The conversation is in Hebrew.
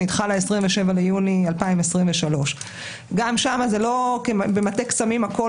נדחה ל-27 ביוני 2023. גם שם זה לא במטה קסמים הכול